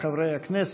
חברי הכנסת,